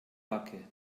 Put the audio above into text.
backe